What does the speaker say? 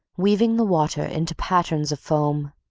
weaving the water into patterns of foam.